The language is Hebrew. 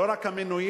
לא רק המינויים,